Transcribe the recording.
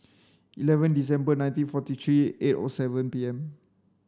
eleven December nineteen forty three eight O seven P M